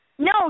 No